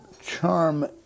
charm